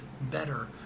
better